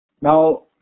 Now